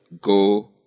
go